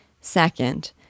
Second